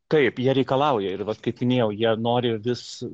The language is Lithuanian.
taip jie reikalauja ir vat kaip minėjau jie nori vis